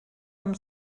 amb